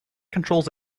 controls